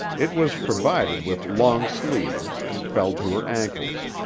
it was provided with long sleeves and fell to her ankles.